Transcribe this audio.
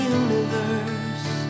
universe